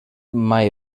mai